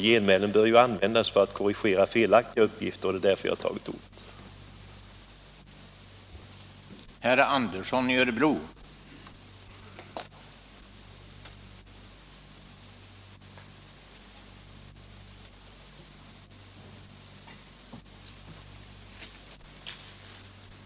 Genmälen bör användas för att korrigera felaktiga uppgifter, och det är därför jag har tagit till orda.